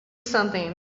something